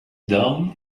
down